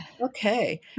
Okay